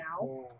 now